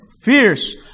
fierce